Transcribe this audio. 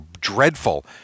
dreadful